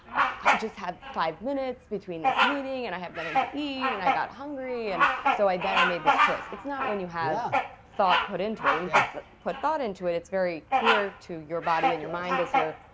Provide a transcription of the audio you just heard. i just have five minutes between this meeting and i have nothing to eat and i got hungry and so then, i made this choice. it's not when you have thought put into it. when you put thought into it, it's very clear to your body and your mind. it's your,